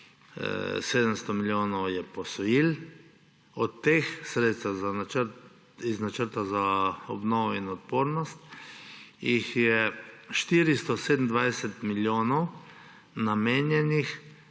700 milijonov je posojil. Od teh sredstev iz načrta za obnovo in odpornost je 427 milijonov namenjenih